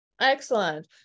Excellent